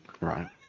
right